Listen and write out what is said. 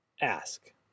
Ask